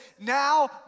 now